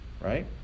right